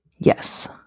yes